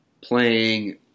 playing